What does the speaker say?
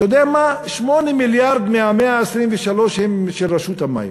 אתה יודע מה, 8 מיליארד מה-123 הם של רשות המים.